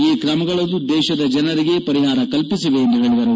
ಈ ಕ್ರಮಗಳು ದೇಶದ ಜನರಿಗೆ ಪರಿಹಾರ ಕಲ್ಪಿಸಿವೆ ಎಂದು ಹೇಳಿದರು